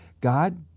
God